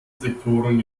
sektoren